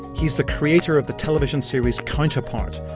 he's the creator of the television series counterpoint,